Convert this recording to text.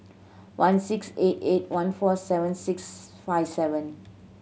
one six eight eight one four seven six five seven